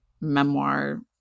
Memoir